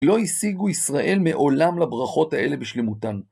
לא השיגו ישראל מעולם לברכות האלה בשלמותן.